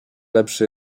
lepszy